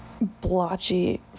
blotchy